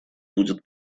будет